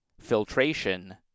Filtration